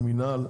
המינהל,